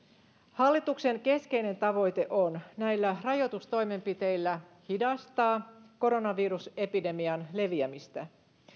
hallituksen keskeinen tavoite on näillä rajoitustoimenpiteillä hidastaa koronavirusepidemian leviämistä